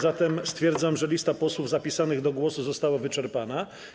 Zatem stwierdzam, że lista posłów zapisanych do głosu została wyczerpana.